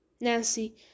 Nancy